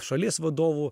šalies vadovų